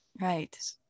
right